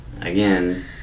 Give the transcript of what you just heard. Again